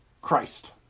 Christ